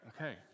okay